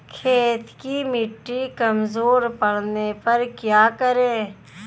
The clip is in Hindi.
खेत की मिटी कमजोर पड़ने पर क्या करें?